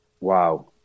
wow